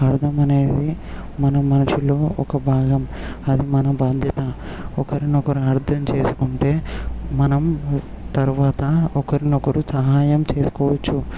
అర్థం అనేది మన మనషిలో ఒక భాగం అది మన బాధ్యత ఒకరినొకరు అర్థం చేసుకుంటే మనం తరువాత ఒకరినొకరు సహాయం చేసుకోవచ్చు